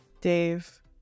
Dave